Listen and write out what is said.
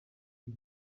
uyu